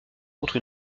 contre